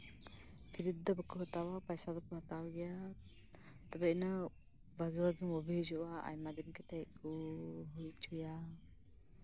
ᱯᱷᱤᱨᱤ ᱛᱮᱫᱚ ᱵᱟᱝ ᱯᱚᱭᱥᱟ ᱫᱚᱠᱚ ᱦᱟᱛᱟᱣ ᱜᱮᱭᱟ ᱟᱨ ᱵᱷᱟᱜᱤ ᱵᱷᱟᱜᱤ ᱢᱳᱵᱷᱤ ᱦᱤᱡᱩᱜᱼᱟ ᱟᱭᱢᱟ ᱫᱤᱱ ᱫᱷᱚᱨᱮ ᱠᱚ ᱦᱩᱭ ᱦᱚᱪᱚᱭᱟ